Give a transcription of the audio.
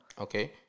Okay